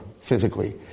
physically